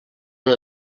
una